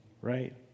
right